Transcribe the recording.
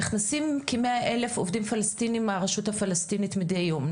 נכנסים כמאה אלף עובדים פלסטינים מהרשות הפלסטינית מדי יום,